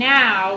now